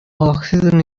oxygen